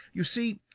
you see,